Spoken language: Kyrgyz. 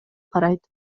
карайт